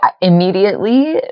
immediately